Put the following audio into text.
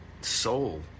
soul